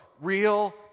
real